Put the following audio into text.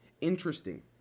interesting